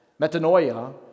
metanoia